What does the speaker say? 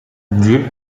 gül